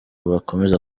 bakomeza